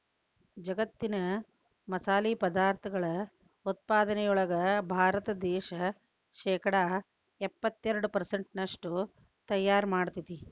ಜಗ್ಗತ್ತಿನ ಮಸಾಲಿ ಪದಾರ್ಥಗಳ ಉತ್ಪಾದನೆಯೊಳಗ ಭಾರತ ದೇಶ ಶೇಕಡಾ ಎಪ್ಪತ್ತೆರಡು ಪೆರ್ಸೆಂಟ್ನಷ್ಟು ತಯಾರ್ ಮಾಡ್ತೆತಿ